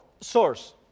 source